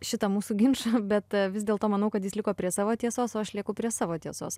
šitą mūsų ginčą bet vis dėlto manau kad jis liko prie savo tiesos o aš lieku prie savo tiesos